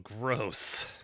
gross